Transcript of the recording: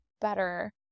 better